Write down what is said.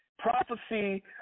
Prophecy